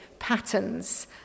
patterns